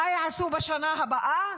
מה יעשו בשנה הבאה?